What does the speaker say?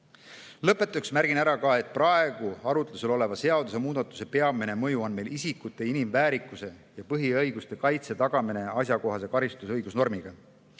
Lõpetuseks märgin ära, et praegu arutlusel oleva seadusemuudatuse peamine mõju on isikute inimväärikuse ja põhiõiguste kaitse tagamine asjakohase karistus- ja õigusnormiga.